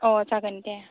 अह जागोन दे